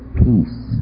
peace